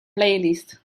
playlist